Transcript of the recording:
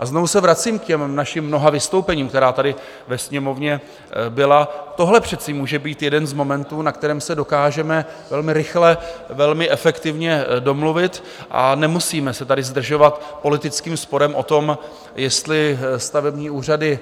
A znovu se vracím k těm našim mnoha vystoupením, která tady ve Sněmovně byla tohle přece může být jeden z momentů, na kterém se dokážeme velmi rychle, velmi efektivně domluvit, a nemusíme se tady zdržovat politickým sporem o tom, jestli stavební úřady